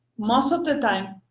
most of the time.